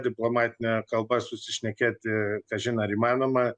diplomatine kalba susišnekėti kažin ar įmanoma